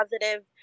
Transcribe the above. positive